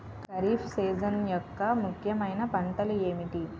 Kharif season యెక్క ముఖ్యమైన పంటలు ఏమిటీ?